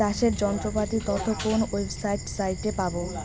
চাষের যন্ত্রপাতির তথ্য কোন ওয়েবসাইট সাইটে পাব?